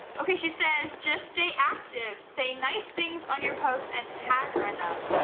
okay she says just stay active. say nice things on your post and tag her in them.